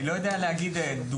אני לא יודע להגיד דוגמאות.